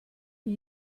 nie